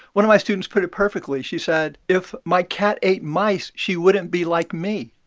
one of my students put it perfectly. she said, if my cat ate mice, she wouldn't be like me.